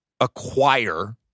acquire